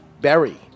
Berry